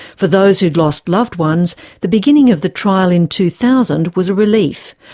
for those who'd lost loved ones, the beginning of the trial in two thousand was a relief,